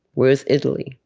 where is italy?